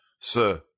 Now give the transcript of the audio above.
Sir